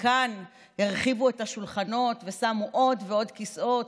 כאן הרחיבו את השולחנות ושמו עוד ועוד כיסאות,